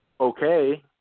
okay